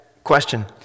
Question